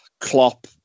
klopp